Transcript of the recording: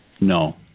No